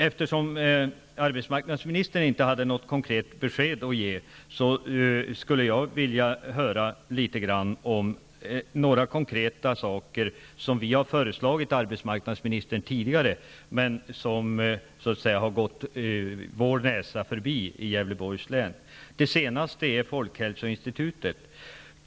Eftersom arbetsmarknadsministern inte hade något konkret besked att ge skulle jag vilja höra litet grand om några saker där vi tidigare har lagt fram förslag för arbetsmarknadsministern men som så att säga har gått vår näsa förbi i Gävleborgs län. Det senaste är Folkhälsoinstitutet.